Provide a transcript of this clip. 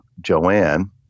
Joanne